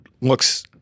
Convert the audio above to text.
looks